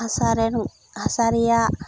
ᱦᱟᱥᱟ ᱨᱮᱱ ᱦᱟᱥᱟ ᱨᱮᱭᱟᱜ